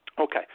Okay